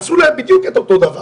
עשו להם בדיוק את אותו דבר.